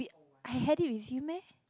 I had it with you meh